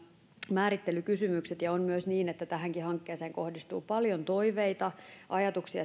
määrittelykysymykset ja on myös niin että tähänkin hankkeeseen kohdistuu paljon toiveita ajatuksia